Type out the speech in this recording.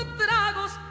tragos